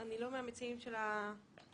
אני לא אחת מהמציעים אבל באתי לכאן